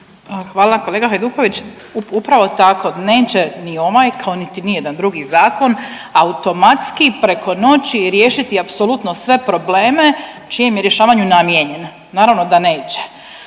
Hvala kolega Hajduković. Upravo tako, neće ni ovaj kao niti nijedan drugi zakon automatski preko noći riješiti apsolutno sve probleme čijem je rješavanju namijenjen, naravno da neće.